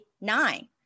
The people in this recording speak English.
nine